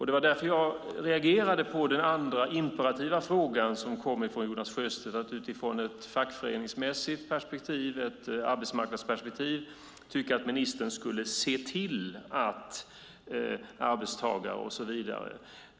Det var därför jag reagerade på den andra imperativa frågan som kom från Jonas Sjöstedt, att utifrån ett fackföreningsmässigt perspektiv, ett arbetsmarknadsperspektiv tycka att ministern skulle se till att arbetstagare . och så vidare.